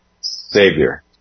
Savior